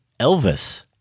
Elvis